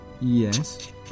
Yes